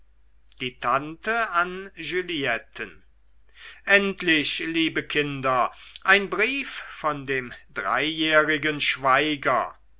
die tante an julietten endlich liebe kinder ein brief von dem dreijährigen schweiger